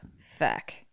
Fuck